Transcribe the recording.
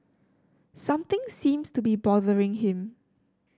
something seems to be bothering him